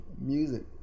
music